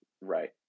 right